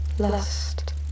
Lust